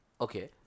Okay